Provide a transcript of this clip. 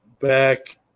back